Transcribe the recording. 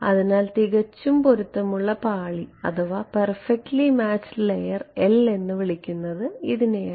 അതിനാൽ തികച്ചും പൊരുത്തമുള്ള പാളി L എന്ന് വിളിക്കുന്നത് ഇതിനെയാണ്